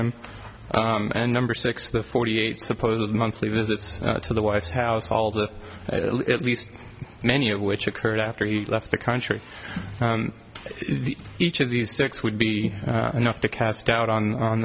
him and number six the forty eight supposed monthly visits to the white house all the at least many of which occurred after he left the country each of these six would be enough to cast doubt